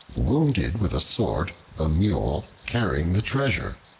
wounded with a sword the mule carrying the treasure,